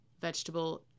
vegetable